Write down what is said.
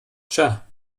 tja